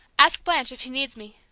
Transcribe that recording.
ask blanche if she needs me,